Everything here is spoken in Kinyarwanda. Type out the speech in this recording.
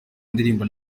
indirimbo